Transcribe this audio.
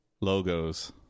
logos